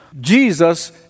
Jesus